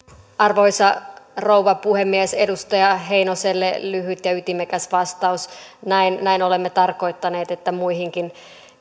arvoisa rouva puhemies edustaja heinoselle lyhyt ja ytimekäs vastaus näin näin olemme tarkoittaneet että muihinkin